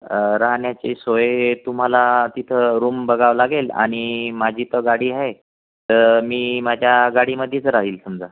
राहण्याची सोय तुम्हाला तिथं रूम बघाव लागेल आणि माझी तर गाडी आहे तर मी माझ्या गाडीमध्येच राहील समजा